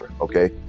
okay